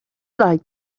like